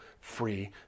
free